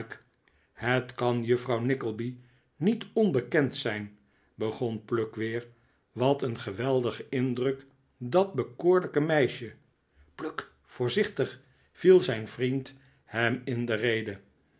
het kan juffrouw nickleby niet onbekend zijn begon pluck weer wat een geweldigen indruk dat bekoorlijke meisje pluck voorzichtig viel zijn vriend hem in de rede